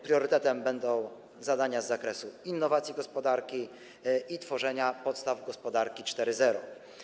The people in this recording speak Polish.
Priorytetem będą zadania z zakresu innowacyjności gospodarki i tworzenia podstaw gospodarki 4.0.